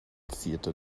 zierte